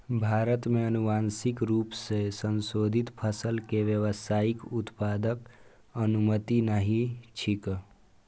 भारत मे आनुवांशिक रूप सं संशोधित फसल के व्यावसायिक उत्पादनक अनुमति नहि छैक